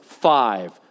Five